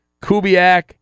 Kubiak